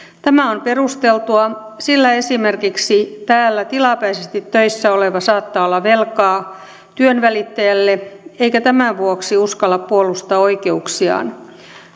tämä on perusteltua sillä esimerkiksi täällä tilapäisesti töissä oleva saattaa olla velkaa työnvälittäjälle eikä tämän vuoksi uskalla puolustaa oikeuksiaan